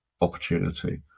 opportunity